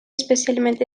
especialment